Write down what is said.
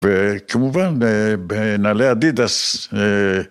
‫וכמובן, בנעלי אדידס.